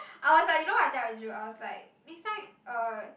I was like you know what I tell Andrew I was like next time uh